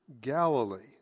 Galilee